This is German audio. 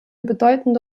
bedeutende